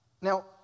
Now